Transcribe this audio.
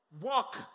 walk